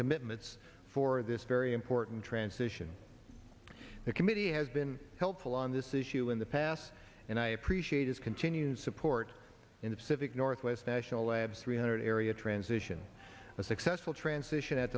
commitments for this very important transition committee has been helpful on this issue in the past and i appreciate his continues support in the pacific northwest national lab three hundred area transition a successful transition at